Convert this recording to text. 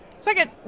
Second